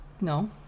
No